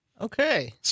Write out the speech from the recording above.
Okay